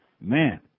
Man